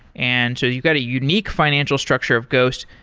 and so you've got a unique financial structure of ghost.